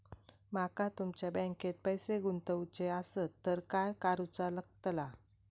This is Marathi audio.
माका तुमच्या बँकेत पैसे गुंतवूचे आसत तर काय कारुचा लगतला?